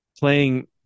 playing